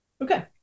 okay